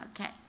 okay